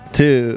two